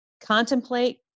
contemplate